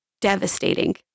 devastating